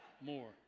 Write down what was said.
more